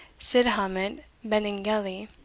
cid hamet benengeli,